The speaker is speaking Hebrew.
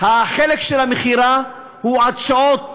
החלק של המכירה הוא עד שעות מאוחרות.